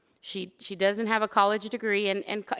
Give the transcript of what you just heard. she she doesn't have a college degree. and and